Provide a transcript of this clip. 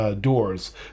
Doors